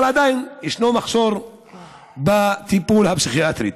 עדיין ישנו מחסור בטיפול הפסיכיאטרי.